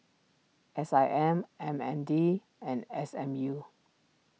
S I M M N D and S M U